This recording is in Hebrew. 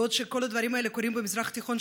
בעוד שכל הדברים האלה קורים במזרח התיכון,